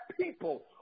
people